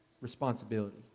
responsibility